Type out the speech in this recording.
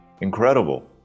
incredible